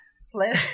slip